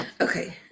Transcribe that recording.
Okay